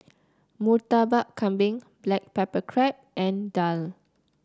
Murtabak Kambing Black Pepper Crab and daal